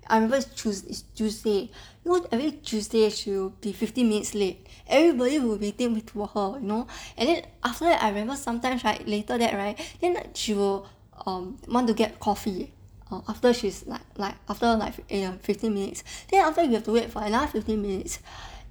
unless choose is tuesday you know every tuesday she will be fifteen minutes late everybody will be waiting for her you know and then after that I remember sometimes right later that right then like she will um want to get coffee uh after she's like like after like fifteen minutes then after that we have to wait for another fifteen minutes